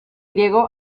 griego